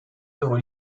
œuvres